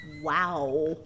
wow